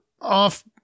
off